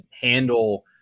handle